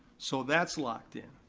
so that's locked in.